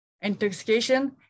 intoxication